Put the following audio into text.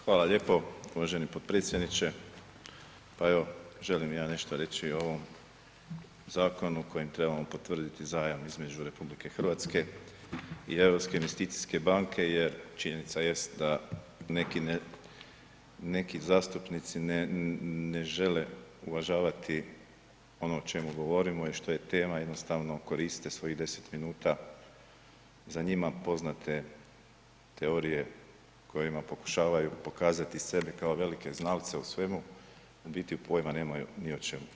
Hvala lijepo uvaženi potpredsjedniče, pa evo želim i ja nešto reći o ovom zakonu kojim trebamo potvrditi zajam između RH i Europske investicijske banke jer činjenica jest da neki ne, neki zastupnici ne žele uvažavati ono o čemu govorimo i što je tema jednostavno koriste svojih 10 minuta za njima poznate teorije kojima pokušavaju pokazati sebe kao velike znalce u svemu u biti pojima nemaju ni o čemu.